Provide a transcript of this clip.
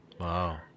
Wow